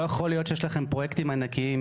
לא יכול להיות שיש לכם פרויקטים ענקיים,